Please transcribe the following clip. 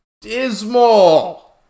dismal